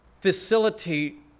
facilitate